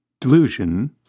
delusion